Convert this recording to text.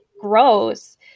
gross